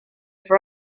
for